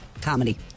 Comedy